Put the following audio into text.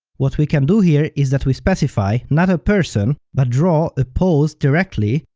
what we can do here is that we specify not a person, but draw the pose directly,